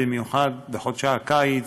במיוחד בחודשי הקיץ,